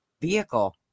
vehicle